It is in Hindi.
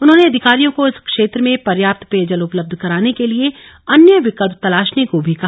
उन्होंने अधिकारियों को इस क्षेत्र में पर्याप्त पेयजल उपलब्ध कराने के लिए अन्य विकल्प तलाशने को भी कहा